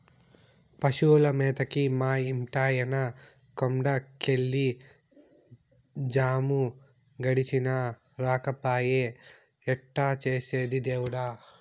పశువుల మేతకి మా ఇంటాయన కొండ కెళ్ళి జాము గడిచినా రాకపాయె ఎట్టా చేసేది దేవుడా